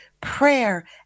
prayer